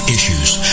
issues